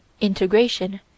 integration